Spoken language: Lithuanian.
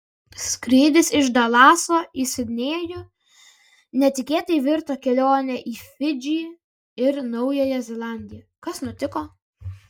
skrydis iš dalaso į sidnėjų netikėtai virto kelione į fidžį ir naująją zelandiją kas nutiko